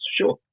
sure